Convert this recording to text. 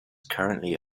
currently